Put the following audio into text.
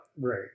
Right